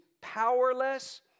powerless